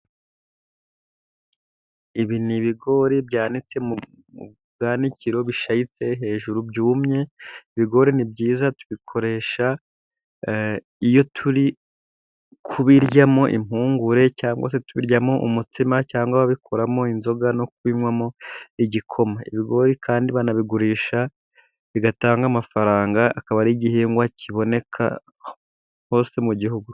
Ibi ni ibigori byanite mu bwanikiro bishayitse hejuru byumye, ibigori ni byiza tubikoresha iyo turi kubiryamo impungure, cyangwa se tubiryamo umutsima, cyangwa bakabikuramo inzoga, no kubinywamo igikoma; ibigori kandi banarabigurisha bigatanga amafaranga akaba ari igihingwa kiboneka hose mu gihugu.